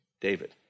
David